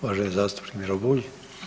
Uvaženi zastupnik Miro Bulj.